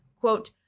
quote